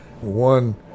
one